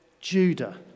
Judah